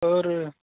اور